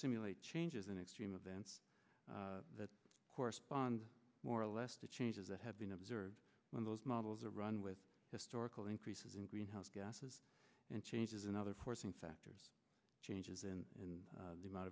simulate changes in extreme of the ants that correspond more or less to changes that have been observed when those models are run with historical increases in greenhouse gases and changes in other forcing factors changes in and the amount